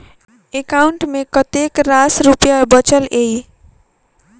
account मे कतेक रास रुपया बचल एई